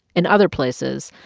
in other places,